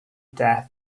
death